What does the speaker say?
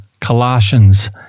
Colossians